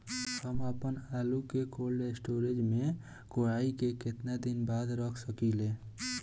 हम आपनआलू के कोल्ड स्टोरेज में कोराई के केतना दिन बाद रख साकिले?